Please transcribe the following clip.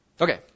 okay